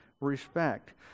respect